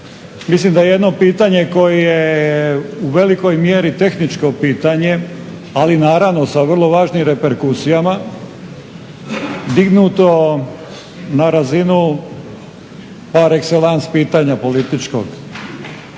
Mislim da jedno pitanje koje je u velikoj mjeri tehničko pitanje ali naravno sa vrlo važnim reperkusijama dignuto na razinu par excellence pitanja političkog.